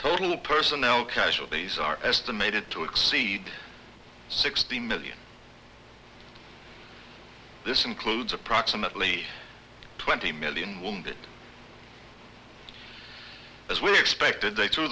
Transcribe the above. total personnel casualties are estimated to exceed sixty million this includes approximately twenty million wounded as we expected they t